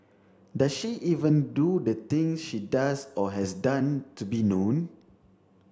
does she even do the things she does or has done to be known